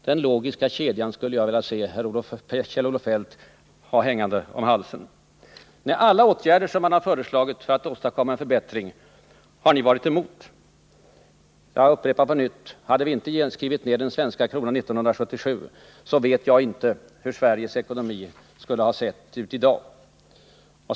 Den logiska kedjan skulle jag vilja se Kjell-Olof Feldt ha hängande om halsen. Alla åtgärder som föreslagits för att åstadkomma en förbättring har ni varit emot. Jag upprepar på nytt: Hade vi inte skrivit ned den svenska kronan 1977 vet jag inte hur Sveriges ekonomi skulle ha sett ut i dag.